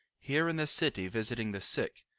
here in this city visiting the sick,